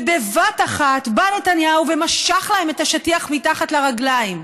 ובבת אחת בא נתניהו ומשך להם את השטיח מתחת לרגליים,